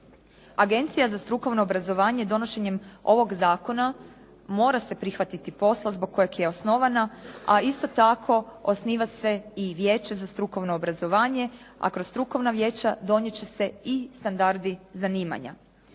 Agencija za strukovno obrazovanje donošenjem ovog zakona mora se prihvatiti posla zbog kojeg je osnovana, a isto tako osniva se i Vijeće za strukovno obrazovanje, a kroz Strukovna vijeća donijet će se i standardi zanimanja.